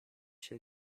się